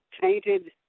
tainted